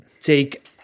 take